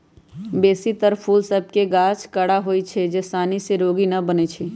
बेशी तर फूल सभ के गाछ कड़ा होइ छै जे सानी से रोगी न बनै छइ